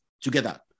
together